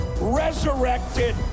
resurrected